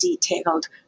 detailed